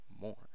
more